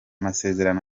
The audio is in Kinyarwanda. masezerano